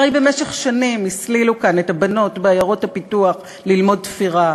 הרי במשך שנים הסלילו כאן את הבנות בעיירות הפיתוח ללמוד תפירה,